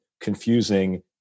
confusing